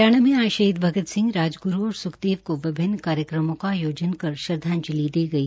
हरियाणा में आज शहीद भगत सिंह राजग्रू और स्खदेव विभिन्न कार्यक्रमों का आयोजन कर श्रद्वाजंलि दी गई